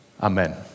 Amen